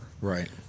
Right